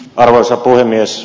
arvoisa puhemies